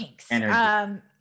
Thanks